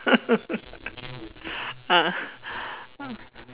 ah